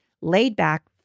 laid-back